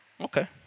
Okay